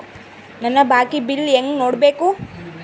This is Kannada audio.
ನನ್ನ ಬಾಕಿ ಬಿಲ್ ಹೆಂಗ ನೋಡ್ಬೇಕು?